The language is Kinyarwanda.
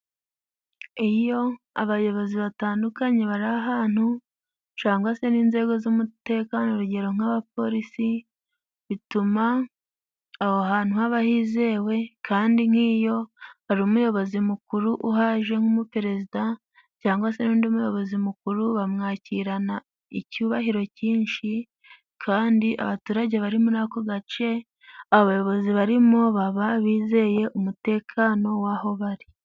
Iyo abayobozi batandukanye bari ahantu cangwa se n'inzego z'umutekano urugero nk'abapolisi, bituma aho hantu haba hizewe kandi nk'iyo hari umuyobozi mukuru uhaje nk'umuperezida cyangwa se n'undi muyobozi mukuru bamwakirana icyubahiro cyinshi kandi abaturage bari muri ako gace abayobozi barimo, baba bizeye umutekano w'aho bari.